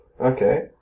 Okay